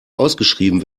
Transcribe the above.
ausgeschrieben